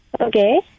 Okay